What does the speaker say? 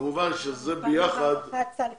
כמובן שזה ביחד --- להארכת סל קליטה?